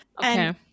Okay